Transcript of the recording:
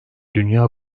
dünya